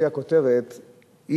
כפי הכותרת,